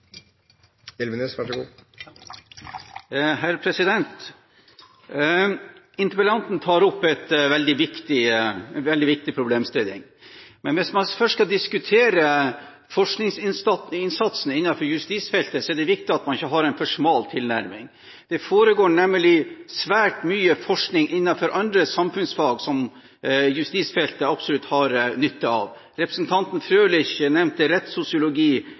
Interpellanten tar opp en veldig viktig problemstilling. Men hvis man først skal diskutere forskningsinnsatsen innenfor justisfeltet, er det viktig at man ikke har en for smal tilnærming. Det foregår nemlig svært mye forskning innenfor andre samfunnsfag som justisfeltet absolutt har nytte av. Representanten Frølich nevnte rettssosiologi